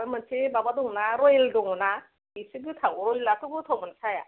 आरो माबा मोनसे दङ ना रयेल दङना बेसो गोथाव रयेलाथ' गोथाव नंखाया